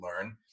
learn